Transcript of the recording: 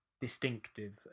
distinctive